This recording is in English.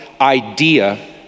idea